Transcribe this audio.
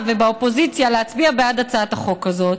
ובאופוזיציה להצביע בעד הצעת החוק הזאת.